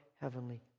heavenly